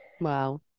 Wow